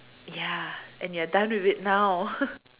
ya and you are done with it now